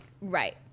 Right